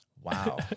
Wow